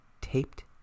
taped